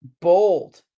Bold